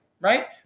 Right